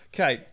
Okay